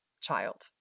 child